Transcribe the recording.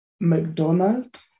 McDonald